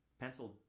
penciled